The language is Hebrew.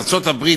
ארצות-הברית,